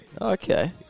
Okay